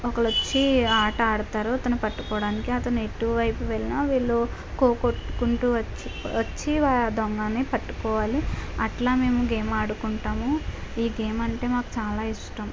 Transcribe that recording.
ఒకరు వచ్చి ఆట ఆడుతారు తన్ను పట్టుకోడానికి అతను ఎటువైపు వెల్న వీళ్ళు కో కొట్టుకుంటూ వచ్చి వచ్చి దొంగను పట్టుకోవాలి అట్లా మేము గేమ్ ఆడుకుంటాము ఈ గేమ్ అంటే మాకు చాలా ఇష్టం